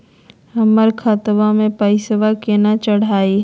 हमर खतवा मे पैसवा केना चढाई?